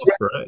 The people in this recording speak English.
Right